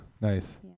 nice